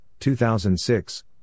2006